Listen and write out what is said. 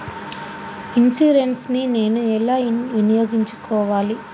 Insurance ని నేను ఎలా వినియోగించుకోవాలి?